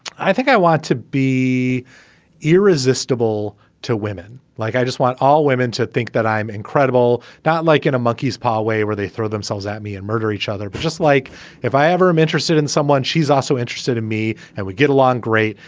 i think i want to be irresistible to women. like, i just want all women to think that i'm incredible. not like in a monkey's paw way where they throw themselves at me and murder each other, just like if i ever am interested in someone, she's also interested in me. and we get along great.